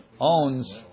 owns